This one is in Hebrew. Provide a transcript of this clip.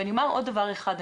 ואני אומר עוד דבר אחד,